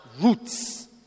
roots